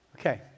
Okay